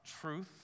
truth